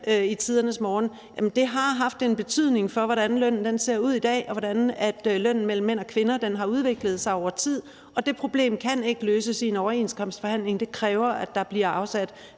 hushjælp, og at det har haft en betydning for, hvordan lønnen ser ud i dag, og hvordan lønnen mellem mænd og kvinder har udviklet sig over tid; og det problem kan ikke løses i en overenskomstforhandling. Det kræver, at der bliver afsat